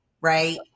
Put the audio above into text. right